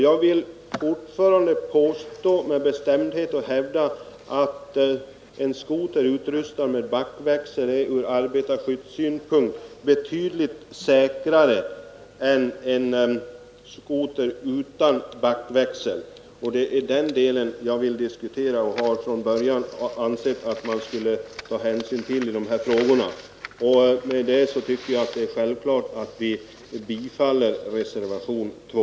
Jag vill fortfarande med bestämdhet hävda att en skoter som är utrustad med backväxel är betydligt säkrare ur arbetarskyddssynpunkt än en skoter utan backväxel. Jag har från början ansett att man skulle ta hänsyn till detta vid bedömningen av de här frågorna. Därmed tycker jag att det är självklart att vi bifaller reservation 2.